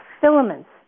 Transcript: filaments